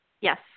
Yes